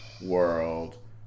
world